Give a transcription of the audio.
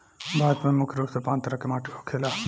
भारत में मुख्य रूप से पांच तरह के माटी होखेला